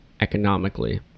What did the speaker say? economically